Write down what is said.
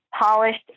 polished